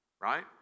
right